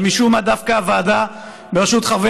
אבל משום מה דווקא הוועדה בראשות חבר